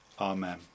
Amen